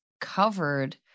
covered